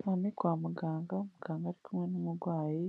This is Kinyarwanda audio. Aho ni kwa muganga, muganga ari kumwe n'umurwayi